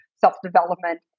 self-development